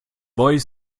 voice